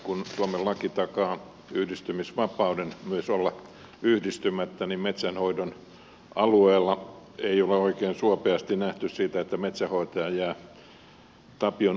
kun suomen laki takaa yhdistymisvapauden ja myös vapauden olla yhdistymättä niin metsänhoidon alueella ei ole oikein suopeasti nähty sitä että metsänhoitaja jää tapion ulkopuolelle